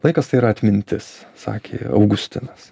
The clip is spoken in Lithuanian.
laikas tai yra atmintis sakė augustinas